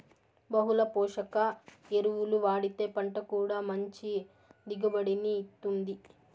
బహుళ పోషక ఎరువులు వాడితే పంట కూడా మంచి దిగుబడిని ఇత్తుంది